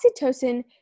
Oxytocin